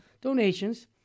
donations